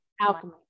Alchemy